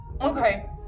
Okay